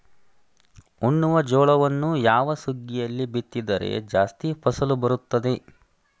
ಉಣ್ಣುವ ಜೋಳವನ್ನು ಯಾವ ಸುಗ್ಗಿಯಲ್ಲಿ ಬಿತ್ತಿದರೆ ಜಾಸ್ತಿ ಫಸಲು ಬರುತ್ತದೆ?